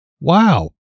Wow